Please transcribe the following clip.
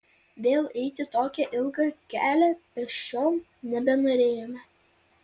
vėl eiti tokį ilgą kelią pėsčiom nebenorėjome